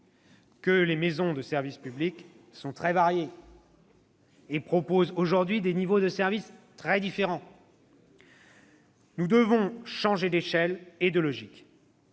que les maisons de service public sont très variées et proposent des niveaux de service très différents. Nous devons changer d'échelle et de logique